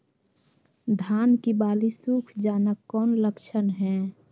धान की बाली सुख जाना कौन लक्षण हैं?